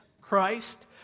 Christ